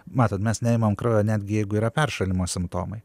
matot mes neimam kraujo netgi jeigu yra peršalimo simptomai